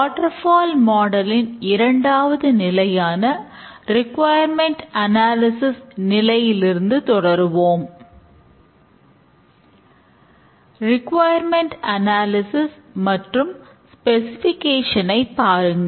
water fall மாடலின் நிலையிலிருந்து தொடருவோம் ரிக்குவாயர்மெண்ட் அனாலிசிஸ் ஐ பாருங்கள்